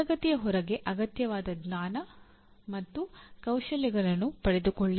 ತರಗತಿಯ ಹೊರಗೆ ಅಗತ್ಯವಾದ ಜ್ಞಾನ ಮತ್ತು ಕೌಶಲ್ಯಗಳನ್ನು ಪಡೆದುಕೊಳ್ಳಿ